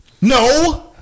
No